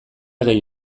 gehi